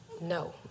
no